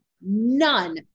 none